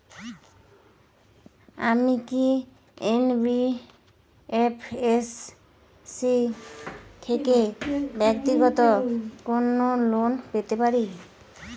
আমি কি এন.বি.এফ.এস.সি থেকে ব্যাক্তিগত কোনো লোন পেতে পারি?